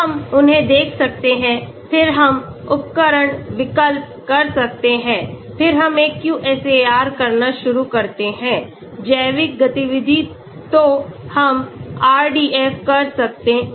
हम उन्हें देख सकते हैं फिर हम उपकरण विकल्प कर सकते हैं फिर हम एक QSAR करना शुरू करते हैं जैविक गतिविधि तो हम RDF कर सकते हैं